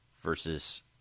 Versus